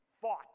fought